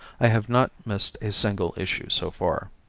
i have not missed a single issue so far.